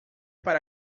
para